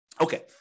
Okay